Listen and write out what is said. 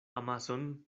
amason